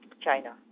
China